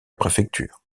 préfecture